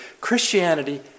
Christianity